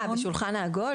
בשולחן העגול?